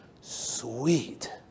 sweet